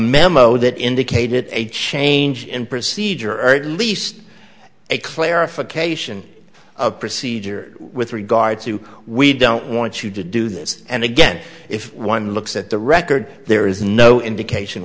memo that indicated a change in procedure or at least a clarification of procedure with regard to we don't want you to do this and again if one looks at the record there is no indication